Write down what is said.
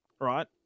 right